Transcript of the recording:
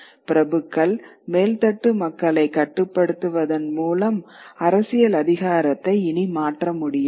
பிரபுக்கள் மேல்தட்டு மக்களைக் கட்டுப்படுத்துவதன் மூலம் அரசியல் அதிகாரத்தை இனி மாற்ற முடியாது